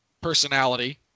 personality